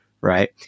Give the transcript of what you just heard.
right